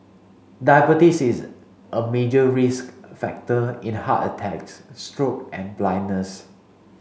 diabetes is a major risk factor in heart attacks stroke and blindness